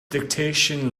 dictation